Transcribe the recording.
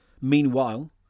Meanwhile